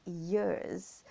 years